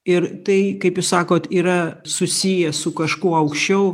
ir tai kaip jūs sakot yra susiję su kažkuo aukščiau